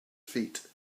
feet